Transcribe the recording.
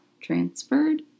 transferred